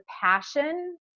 passion